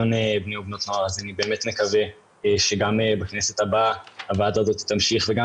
אני באמת מקווה שגם בכנסת הבאה הוועדה הזאת תמשיך וגם